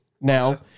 now